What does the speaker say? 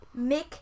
Mick